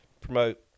promote